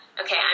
okay